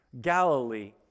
Galilee